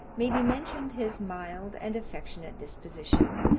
may be mentioned his mild and affectionate disposition,